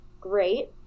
great